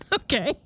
Okay